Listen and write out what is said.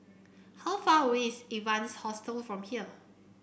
how far away is Evans Hostel from here